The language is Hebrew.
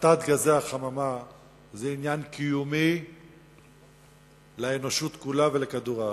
הפחתת גזי החממה היא עניין קיומי לאנושות כולה ולכדור-הארץ.